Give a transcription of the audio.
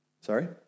Sorry